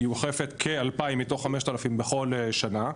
היא אוכפת כ-2,000 מתוך 5,000 בכל שנה.